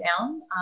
down